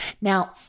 Now